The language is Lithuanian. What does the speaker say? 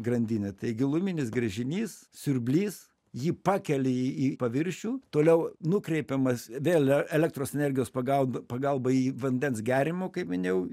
grandinę tai giluminis gręžinys siurblys ji pakelia jį į paviršių toliau nukreipiamas vėl elektros energijos pagalba pagalba į vandens geriamo kaip minėjau